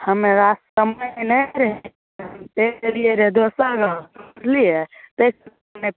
हमरा समय नहि रहै हम चलि गेलियै रहऽ दोसर गाँव बुझलियै तैंँ नहि